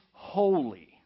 holy